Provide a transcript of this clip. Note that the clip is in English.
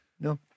No